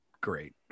great